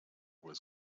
was